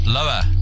Lower